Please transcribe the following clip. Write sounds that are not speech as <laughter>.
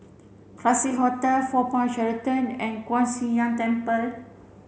Classique Hotel Four Point Sheraton and Kuan <unintelligible> Temple